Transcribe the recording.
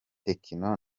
techno